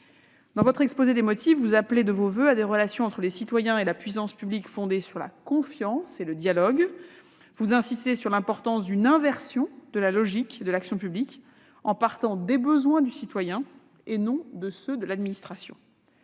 Dans votre exposé des motifs, vous appelez de vos voeux des relations entre les citoyens et la puissance publique fondées sur la confiance et le dialogue. Vous insistez sur l'importance d'une inversion de la logique de l'action publique, en partant des besoins du citoyen et non de ceux de l'administration.